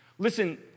Listen